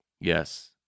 Yes